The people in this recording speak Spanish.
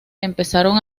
empezaron